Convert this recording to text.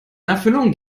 erfüllung